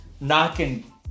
knocking